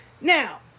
Now